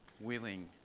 willing